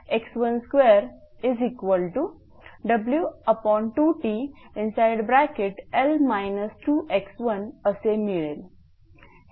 हे इक्वेशन 1 असेल